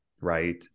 Right